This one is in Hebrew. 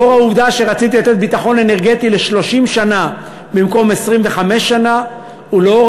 לאור העובדה שרציתי לתת ביטחון אנרגטי ל-30 שנה במקום 25 שנה ולאור